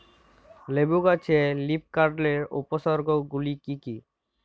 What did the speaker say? লেবু গাছে লীফকার্লের উপসর্গ গুলি কি কী?